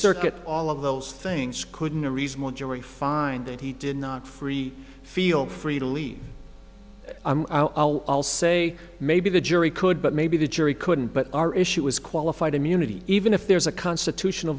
circuit all of those things couldn't a reasonable jury find that he did not free feel free to leave say maybe the jury could but maybe the jury couldn't but our issue is qualified immunity even if there's a constitutional